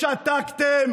שתקתם